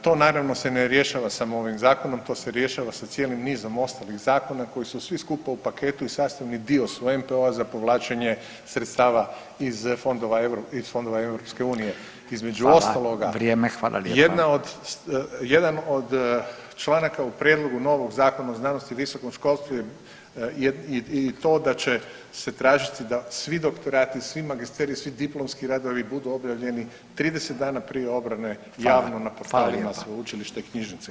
To naravno se ne rješava samo ovim zakonom, to se rješava sa cijelim nizom ostalih zakona koji su svi skupa u paketu i sastavni dio su NPO-a za povlačenje sredstava iz fondova, iz fondova EU [[Upadica: Hvala, vrijeme.]] između ostaloga [[Upadica: Hvala lijepa.]] jedan od članaka u prijedlogu novog Zakona o znanosti i visokom školstvu je i to da će se tražiti da svi doktorati, svi magisteriji, svi diplomski radovi budu objavljeni 30 dana prije obrane javno na portalima [[Upadica: Hvala, hvala lijepa.]] sveučilišta i knjižnice.